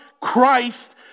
Christ